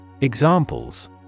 Examples